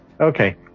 Okay